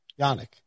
Yannick